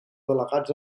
delegats